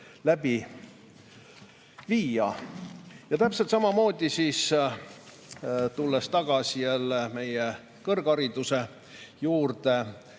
läbi viia. Täpselt samamoodi, tulles tagasi jälle meie kõrghariduse juurde,